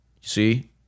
See